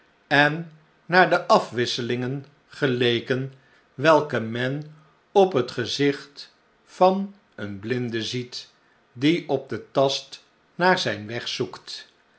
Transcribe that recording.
en naar de afwisselingen geleken welke men op het gezicht van een blinde ziet die op den tast naar zijn weg zoekt